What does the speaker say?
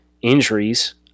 injuries